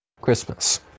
Christmas